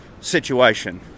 situation